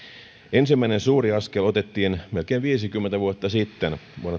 ensimmäinen suuri askel otettiin melkein viisikymmentä vuotta sitten